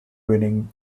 winning